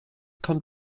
kommt